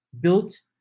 built